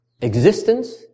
existence